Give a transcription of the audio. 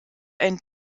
ein